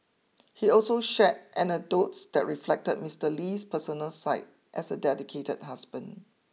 he also shared anecdotes that reflected Mister Lee's personal side as a dedicated husband